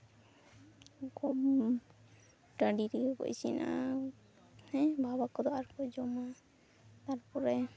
ᱴᱟᱺᱰᱤ ᱨᱮᱜᱮ ᱠᱚ ᱤᱥᱤᱱᱟ ᱦᱮᱸ ᱵᱟᱵᱟ ᱠᱚᱫᱚ ᱟᱨᱠᱚ ᱡᱚᱢᱟ ᱛᱟᱨᱯᱚᱨᱮ